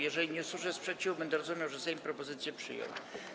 Jeżeli nie usłyszę sprzeciwu, będę rozumiał, że Sejm propozycję przyjął.